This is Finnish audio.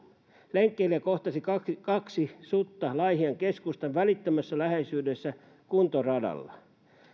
lenkkeilijä kohtasi kaksi sutta laihian keskustan välittömässä läheisyydessä kuntoradalla